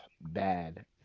bad